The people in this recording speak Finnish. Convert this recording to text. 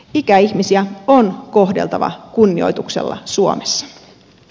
ikäihmisiä on kohdeltava kunnioituksella suomessa